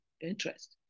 interest